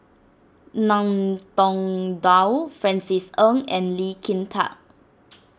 Ngiam Tong Dow Francis Ng and Lee Kin Tat